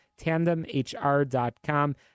tandemhr.com